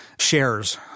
shares